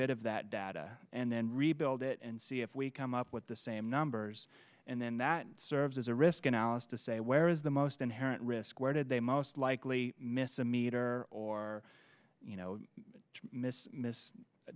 bit of that data and then rebuild it and see if we come up with the same numbers and then that serves as a risk analysis to say where is the most inherent risk where did they most likely missa meter or you know miss miss